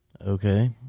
Okay